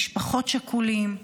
משפחות שכולות.